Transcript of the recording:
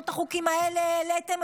לא את החוקים האלה העליתם,